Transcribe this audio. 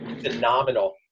phenomenal